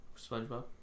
Spongebob